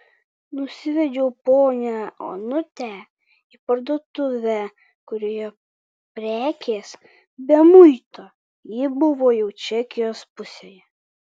nusivedžiau ponią onutę į parduotuvę kurioje prekės be muito ji buvo jau čekijos pusėje